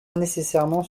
nécessairement